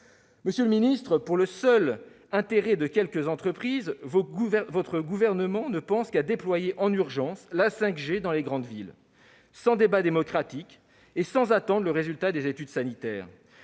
Monsieur le secrétaire d'État, pour le seul intérêt de quelques entreprises, le gouvernement auquel vous appartenez ne pense qu'à déployer en urgence la 5G dans les grandes villes, sans débat démocratique et sans attendre le résultat des études sanitaires.